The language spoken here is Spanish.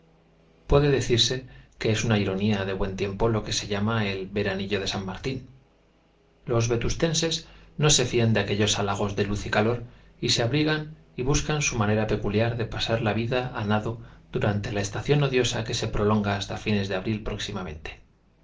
puede decirse que es una ironía de buen tiempo lo que se llama el veranillo de san martín los vetustenses no se fían de aquellos halagos de luz y calor y se abrigan y buscan su manera peculiar de pasar la vida a nado durante la estación odiosa que se prolonga hasta fines de abril próximamente